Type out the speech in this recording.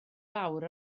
lawr